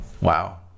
Wow